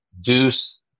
Deuce